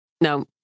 No